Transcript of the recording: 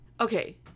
Okay